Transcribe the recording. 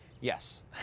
yes